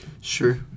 Sure